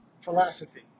philosophy